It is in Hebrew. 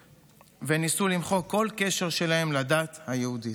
וניסו למחוק כל קשר שלהם לדת היהודית.